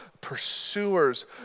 pursuers